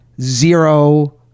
zero